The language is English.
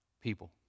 people